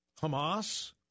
Hamas